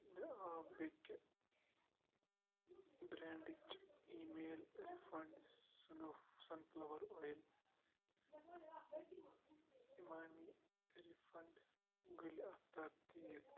مےٚ آو بیٚیہِ برینٛڈٕچ اِی میل رِفنٛڈ سنو sunflower oil Emami refined گُلہِ اختاب تیٖل